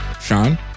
Sean